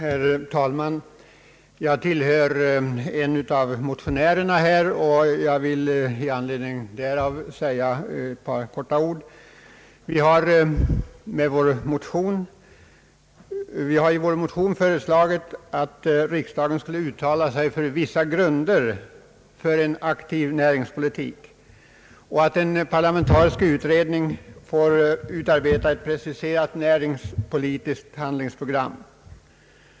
Herr talman! Jag tillhör motionärerna och vill med anledning därav säga några ord. Vi har i vår motion föreslagit att riksdagen skulle uttala sig för vissa grunder för en aktiv näringspolitik och att en parlamentarisk utredning får utarbeta ett preciserat handlingsprogram för en sådan aktiv näringspolitik.